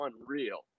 unreal